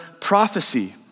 prophecy